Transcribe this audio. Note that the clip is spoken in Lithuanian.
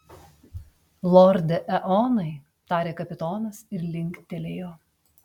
lorde eonai tarė kapitonas ir linktelėjo